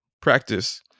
practice